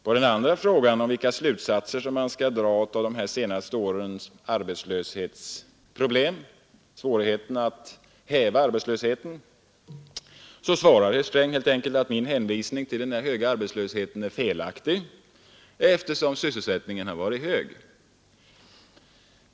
På den andra frågan, om vilka slutsatser som man skall dra av svårigheterna att häva arbetslösheten, svarar herr Sträng att min hänvisning till den höga arbetslösheten är felaktig, eftersom sysselsättningen har varit hög.